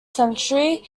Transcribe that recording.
century